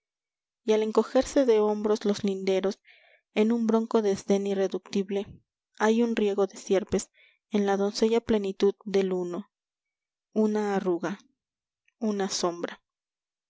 al encogerse de hombros los lindeíos en un bronco desdén irreductible hay un riego de sierpes en la doncella plenitud del i una arruga una sombra